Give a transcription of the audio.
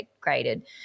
graded